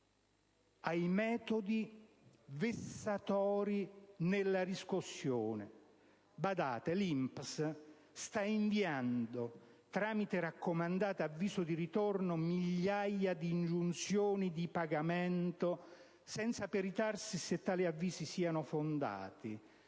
ai metodi vessatori nella riscossione. L'INPS sta inviando, mediante raccomandata con avviso di ritorno, migliaia di ingiunzioni di pagamento, senza peritarsi se tali avvisi siano fondati